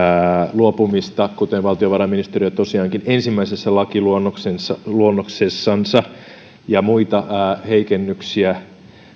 luopumista jota valtiovarainministeriö tosiaankin ensimmäisessä lakiluonnoksessansa lakiluonnoksessansa esitti ja myös muita tiukennuksia